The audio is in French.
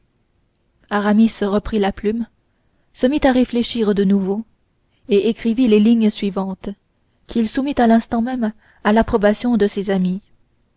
aramis reprit la plume se mit à réfléchir de nouveau et écrivit les lignes suivantes qu'il soumit à l'instant même à l'approbation de ses amis